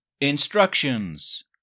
Instructions